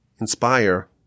inspire